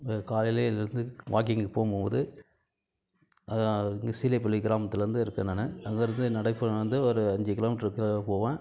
காலையில எழுந்து வாக்கிங் போகும்போது சீலைபிள்ளை கிராமத்துலேர்ந்து இருக்கேன் நான் அங்கேருந்து நடைபயணம் வந்து ஒரு அஞ்சு கிலோமீட்டர் போவேன்